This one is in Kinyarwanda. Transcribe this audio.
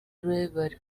urebera